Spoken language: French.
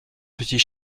petit